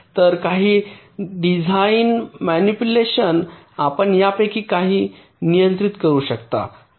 तर काही डिझाइन मॅनिप्युलेशनने आपण यापैकी काही नियंत्रित करू शकता